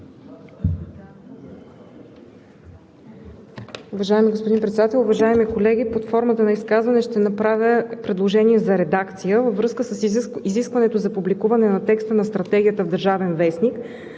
Уважаеми господин Председател, уважаеми колеги! Под формата на изказване ще направя предложение за редакция. Във връзка с изискването за публикуване на текста на Стратегията в „Държавен вестник“